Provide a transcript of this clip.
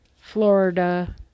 Florida